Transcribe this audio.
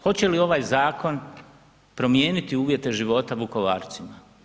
Hoće li ovaj zakon promijeniti uvjete života Vukovarcima?